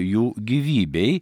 jų gyvybei